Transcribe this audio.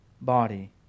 body